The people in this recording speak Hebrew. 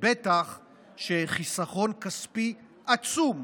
בטח שהוא חיסכון כספי עצום,